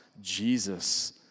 Jesus